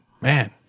Man